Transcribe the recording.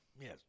Yes